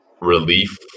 relief